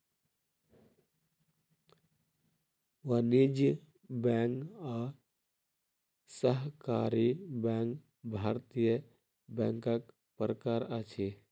वाणिज्य बैंक आ सहकारी बैंक भारतीय बैंकक प्रकार अछि